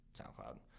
SoundCloud